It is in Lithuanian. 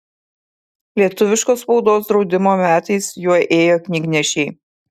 lietuviškos spaudos draudimo metais juo ėjo knygnešiai